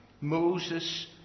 Moses